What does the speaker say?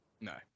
No